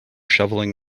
shoveling